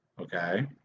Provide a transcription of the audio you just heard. okay